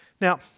Now